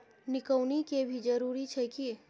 निकौनी के भी जरूरी छै की?